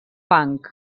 punk